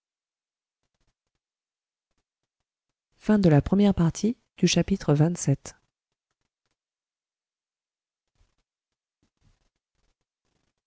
dans la partie